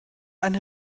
eine